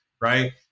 right